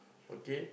okay